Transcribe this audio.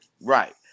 right